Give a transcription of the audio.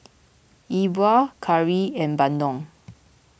Yi Bua Curry and Bandung